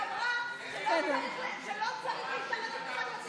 הייתה דעת מיעוט שאמרה שלא צריך להתערב בפסק הדין,